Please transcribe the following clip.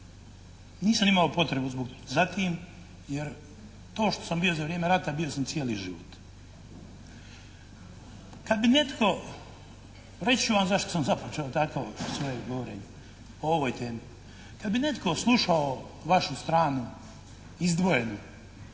Nisam imao potrebu za tim jer to što sam bio za vrijeme rata bio sam cijeli život. Kad bi netko, reći ću vam zašto sam započeo tako svoj govor o ovoj temi. Kad bi netko slušao vašu stranu izdvojenu